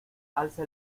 alza